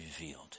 revealed